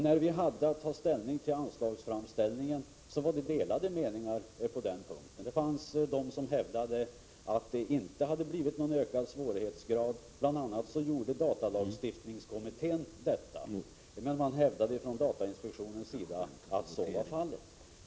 När vi hade att ta ställning till anslagsframställningen rådde det delade meningar på den punkten. Det fanns de som hävdade att det inte hade blivit någon ökad svårighetsgrad. Bl. a. gjorde DALK det. Men datainspektionen hävdade att så var fallet.